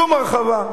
שום הרחבה.